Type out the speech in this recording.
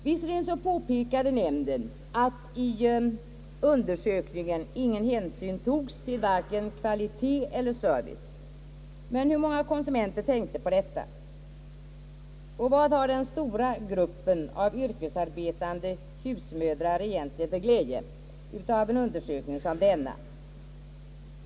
Visserligen påpekade nämnden att i undersökningen ingen hänsyn tagits till vare sig kvalitet eller service, men hur många konsumenter tänkte på detta? Och vad har den stora gruppen av yrkesarbetande husmödrar egentligen för glädje av en undersökning som denna?